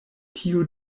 tiu